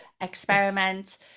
experiment